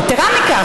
יתרה מזו,